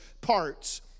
parts